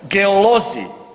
Geolozi.